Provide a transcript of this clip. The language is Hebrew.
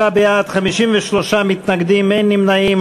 37 בעד, 53 מתנגדים, אין נמנעים.